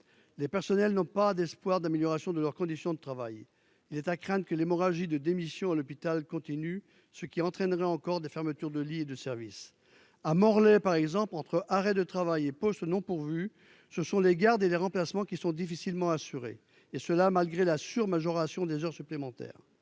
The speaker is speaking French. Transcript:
les personnels n'pas d'espoir d'amélioration de leurs conditions de travail, il est à craindre que l'hémorragie de démission à l'hôpital continue, ce qui entraînerait encore des fermetures de lits et de services à Morlaix par exemple entre arrêts de travail et postes non pourvus, ce sont les gardes et les remplacements qui sont difficilement assurés et cela malgré la sur-majoration des heures supplémentaires